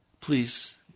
Please